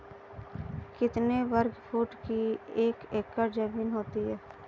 कितने वर्ग फुट की एक एकड़ ज़मीन होती है?